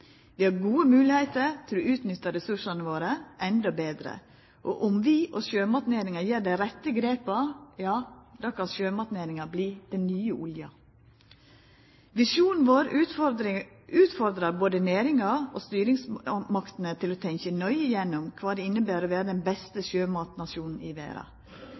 Vi har gode moglegheiter til å utnytte ressursane våre endå betre, og om vi og sjømatnæringa tek dei rette grepa, kan sjømatnæringa verta «den nye olja». Visjonen vår utfordrar både næringa og styresmaktene til å tenkja nøye gjennom kva det inneber å vera den beste sjømatnasjonen i verda.